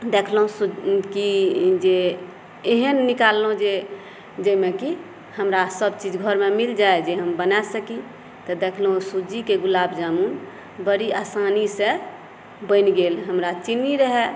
देखलहुँ की जे एहन निकालहुँ जे जाहिमे कि हमरा सभ चीज घरमे मिल जाय जे हम बना सकी तऽ देखलहुँ सूजीक गुलाबजामुन बड़ी आसानीसँ बनि गेल हमरा चिन्नी रहय